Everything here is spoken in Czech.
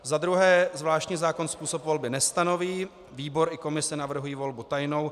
Za druhé, zvláštní zákon způsob volby nestanoví, výbor i komise navrhují volbu tajnou.